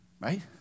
Right